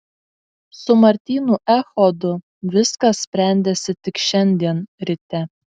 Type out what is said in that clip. su martynu echodu viskas sprendėsi tik šiandien ryte